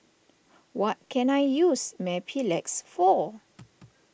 what can I use Mepilex for